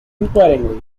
inquiringly